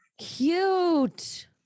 Cute